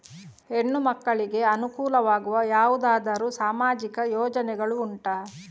ಹೆಣ್ಣು ಮಕ್ಕಳಿಗೆ ಅನುಕೂಲವಾಗುವ ಯಾವುದಾದರೂ ಸಾಮಾಜಿಕ ಯೋಜನೆಗಳು ಉಂಟಾ?